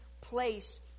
place